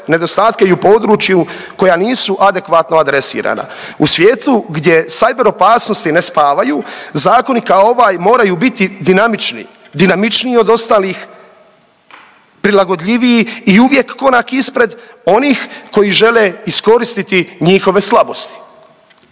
i u području koja nisu adekvatno adresirana. U svijetu gdje cyber opasnosti ne spavaju zakoni kao ovaj moraju biti dinamični, dinamičniji od ostalih, prilagodljiviji i uvijek korak ispred onih koji žele iskoristiti njihove slabosti.